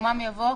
ובמקומם יבוא: